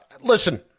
listen